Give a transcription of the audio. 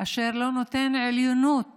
אשר לא נותן עליונות